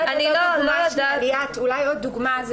אולי נציג עוד דוגמה.